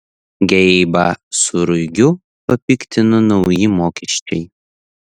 geibą su ruigiu papiktino nauji mokesčiai